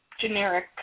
generic